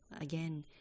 again